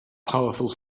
powerful